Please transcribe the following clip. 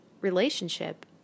Relationship